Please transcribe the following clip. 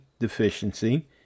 deficiency